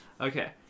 Okay